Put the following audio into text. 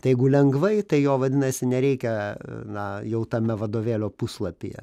tai jeigu lengvai tai jo vadinasi nereikia na jau tame vadovėlio puslapyje